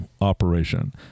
operation